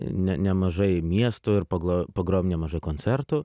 ne nemažai miestų ir paglo pagrojom nemažai koncertų